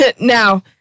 Now